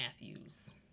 Matthews